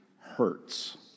hurts